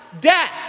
Death